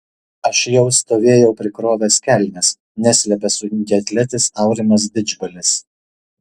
aš jau stovėjau prikrovęs kelnes neslepia sunkiaatletis aurimas didžbalis